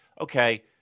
okay